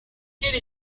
quelle